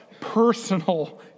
personal